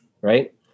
right